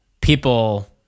people